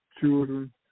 children